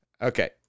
Okay